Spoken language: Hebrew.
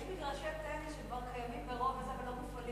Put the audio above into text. יש מגרשי טניס שכבר קיימים ולא מופעלים,